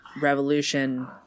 revolution